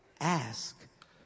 ask